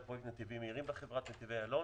פרויקט נתיבים מהירים בחברת נתיבי איילון.